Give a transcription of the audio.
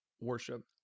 worship